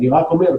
אני רק אומר,